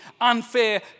unfair